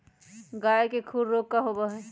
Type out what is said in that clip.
गाय के खुर रोग का होबा हई?